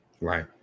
Right